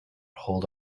hold